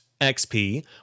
XP